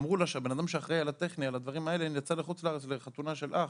אמרו לה שהבן-אדם שאחראי על הטכני נמצא בחוץ לארץ בחתונה של אח,